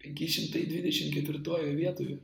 penki šimtai dvidešimt ketvirtojoj vietoj